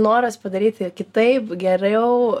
noras padaryti kitaip geriau